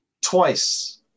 Twice